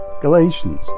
Galatians